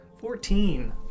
Fourteen